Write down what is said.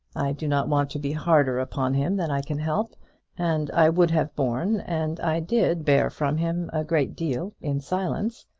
do not want to be harder upon him than i can help and i would have borne, and i did bear from him, a great deal in silence.